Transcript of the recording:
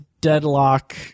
deadlock